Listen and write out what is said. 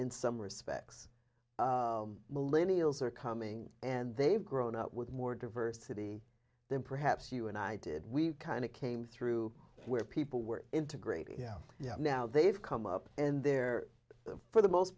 in some respects millennial zur coming and they've grown up with more diversity than perhaps you and i did we kind of came through where people were integrating yeah yeah now they've come up and they're for the most